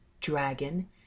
dragon